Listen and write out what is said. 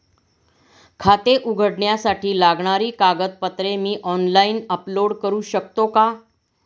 खाते उघडण्यासाठी लागणारी कागदपत्रे मी ऑनलाइन अपलोड करू शकतो का?